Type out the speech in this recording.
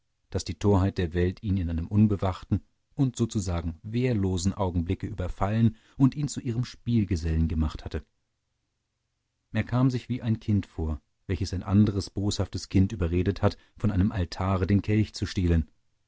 daß die torheit der welt ihn in einem unbewachten und sozusagen wehrlosen augenblicke überfallen und ihn zu ihrem spielgesellen gemacht hatte er kam sich wie ein kind vor welches ein anderes boshaftes kind überredet hat von einem altare den kelch zu stehlen